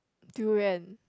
durian